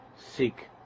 seek